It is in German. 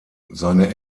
seine